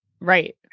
Right